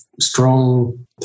strong